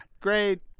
Great